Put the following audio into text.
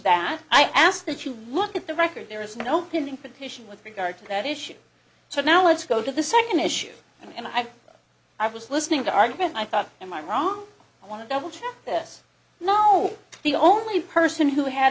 that i ask that you look at the record there is no pending petition with regard to that issue so now let's go to the second issue and i i was listening to argument i thought am i wrong i want to double check this no the only person who had